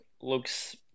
looks